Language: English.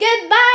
Goodbye